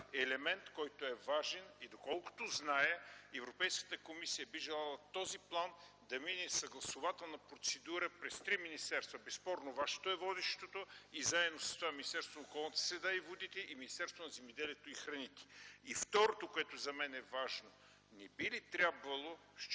елемент, който е важен, и доколкото зная, Европейската комисия би желала този план да мине на съгласувателна процедура през три министерства. Безспорно, вашето е водещото, но заедно с него са и Министерството на околната среда и водите, и Министерството на земеделието и храните. Второто, което е важно за мен, не би ли трябвало –